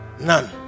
None